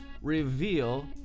reveal